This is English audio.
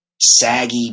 saggy